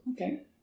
Okay